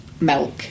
milk